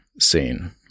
scene